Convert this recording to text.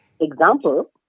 Example